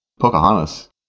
Pocahontas